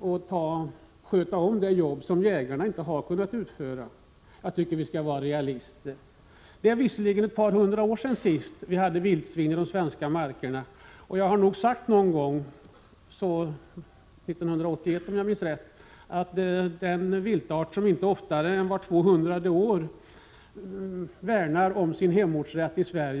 för att utföra det jobb som jägarna inte kunnat klara? Jag tycker att vi skall vara realister. Det är ett par hundra år sedan vi senast hade vildsvin i de svenska markerna. Jag vill minnas att jag 1981 sade att vi kan förlora en viltart som inte oftare än vart tvåhundrade år värnar om sin hemortsrätt i Sverige.